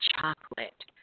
chocolate